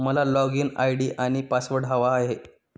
मला login ID आणि password हवा आहे